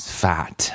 fat